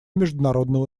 международного